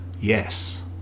yes